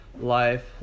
life